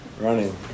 Running